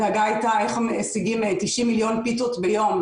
הדאגה הייתה איך משיגים 90 מיליון פיתות ביום,